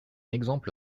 exemple